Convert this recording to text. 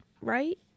right